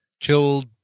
killed